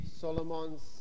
Solomon's